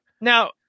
Now